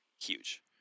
Huge